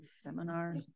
seminar